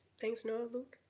thanks noah, luke?